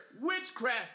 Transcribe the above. witchcraft